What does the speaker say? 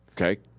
Okay